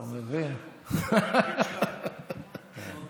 אתה מנסה לסכסך בינינו?